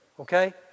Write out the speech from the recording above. Okay